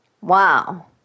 Wow